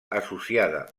associada